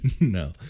No